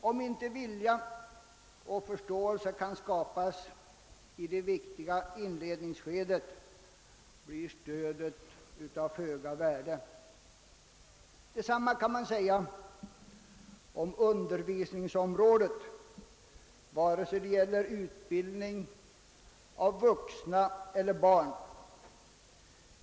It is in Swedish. Om inte vilja och förståelse kan skapas i det viktiga inledningsskedet, blir stödet av föga värde. Detsamma kan man säga om undervisningsområdet, vare sig det gäller utbildning av vuxna eller av barn.